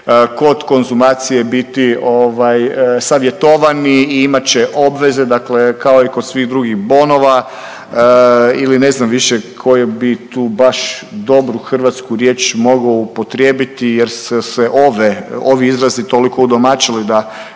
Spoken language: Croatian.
kod konzumacije biti savjetovani i imat će obveze, dakle kao i kod svih drugih bonova ili ne znam više koju bi tu baš dobru hrvatsku riječ mogao upotrijebiti jer su se ovi izrazi toliko udomaćili, da